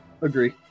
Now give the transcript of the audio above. Agree